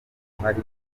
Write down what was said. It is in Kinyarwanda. hari